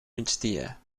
migdia